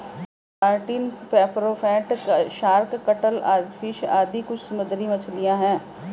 sardine, pomfret, shark, cuttlefish आदि कुछ समुद्री मछलियाँ हैं